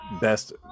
best